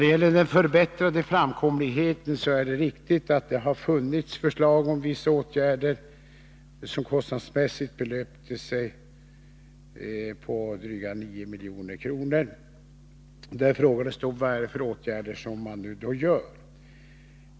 Beträffande förbättrad framkomlighet är det riktigt att det har funnits förslag om vissa åtgärder. Kostnadsmässigt har de belöpt sig till dryga 9 milj.kr. Det har frågats vilka åtgärder som nu görs.